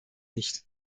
nicht